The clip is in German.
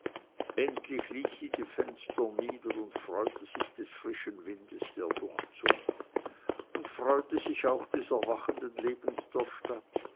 endlich ließ sie die fenster nieder und freute sich des frischen windes der durchzog und freute sich auch des erwachenden lebens der stadt